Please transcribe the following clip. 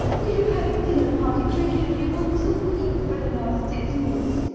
we have had a dinner party regularly once a week for the last six months,